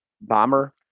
bomber